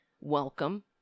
welcome